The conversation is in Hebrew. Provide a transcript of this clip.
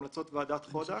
המלצת ועדת חודק.